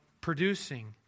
producing